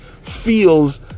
feels